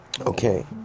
okay